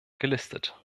gelistet